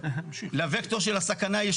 לווקטור של הסכנה,